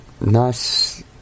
nice